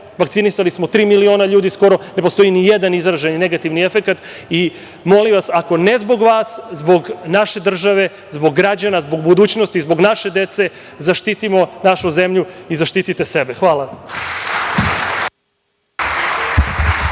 Vakcinisali samo tri miliona ljudi skoro. Ne postoji ni jedan izraženi negativni efekat. Molim vas, ako ne zbog vas, zbog naše države, zbog građana, zbog budućnosti, zbog naše dece, zaštitimo našu zemlju i zaštite sebe. Hvala.